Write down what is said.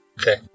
Okay